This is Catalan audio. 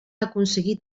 aconseguit